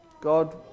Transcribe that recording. God